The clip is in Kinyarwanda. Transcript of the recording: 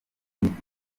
n’igihe